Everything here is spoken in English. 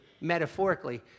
metaphorically